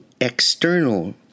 external